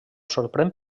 sorprèn